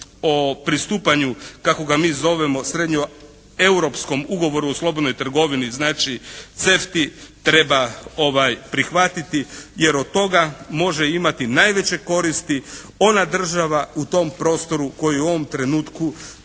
o pristupanju kako ga mi zovemo srednjoeuropskom ugovoru o slobodnoj trgovini, znači CEFTA-i treba prihvatiti jer od toga može imati najveće koristi ona država u tom prostoru koja je u ovom trenutku